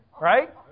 Right